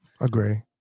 agree